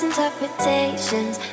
Interpretations